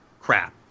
crap